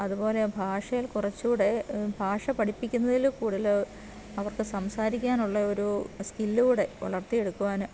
അതുപോലെ ഭാഷയിൽ കുറച്ചും കൂടെ ഭാഷ പഠിപ്പിക്കുന്നതില് കൂടുതല് അവർക്ക് സംസാരിക്കാനുള്ള ഒരു സ്കില്ല് കൂടി വളർത്തിയെടുക്കുവാന്